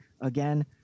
Again